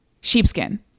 sheepskin